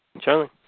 Charlie